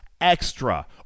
extra